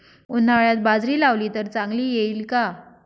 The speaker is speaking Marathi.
उन्हाळ्यात बाजरी लावली तर चांगली येईल का?